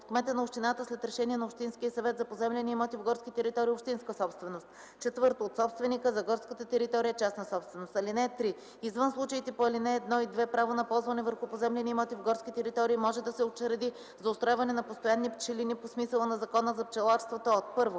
от кмета на общината след решение на общинския съвет – за поземлени имоти в горски територии – общинска собственост; 4. от собственика – за горската територия, частна собственост. (3) Извън случаите по ал. 1 и 2, право на ползване върху поземлени имоти в горски територии може да се учреди за устройване на постоянни пчелини по смисъла на Закона за пчеларството от: 1.